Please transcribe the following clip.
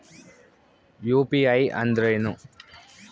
UPI ಅಂದ್ರೇನು?